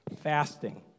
fasting